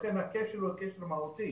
לכן הכשל הוא כשל מהותי